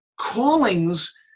callings